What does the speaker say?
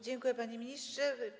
Dziękuję, panie ministrze.